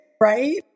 right